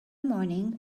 morning